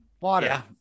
water